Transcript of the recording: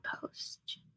post